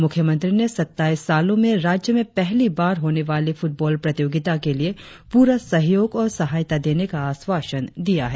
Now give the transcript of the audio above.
मुख्यमंत्री ने सत्ताइस सालो में राज्य में पहली बार होने वाली फुटबाँल प्रतियोगिता के लिए पूरा सहयोग और सहायता देने का आश्वासन दिया है